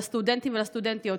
לסטודנטים ולסטודנטיות,